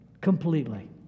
completely